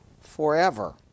forever